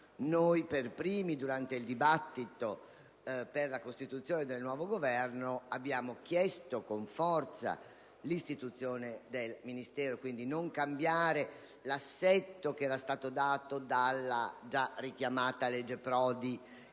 noi per primi nel dibattito per la costituzione del nuovo Governo avevamo chiesto con forza l'istituzione del Ministero e, quindi, di non cambiare l'assetto che era stato dato dalla già richiamata legge Prodi